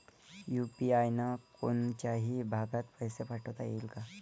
UPI न कोनच्याही भागात पैसे पाठवता येईन का?